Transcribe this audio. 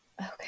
okay